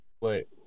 Wait